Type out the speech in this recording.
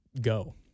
go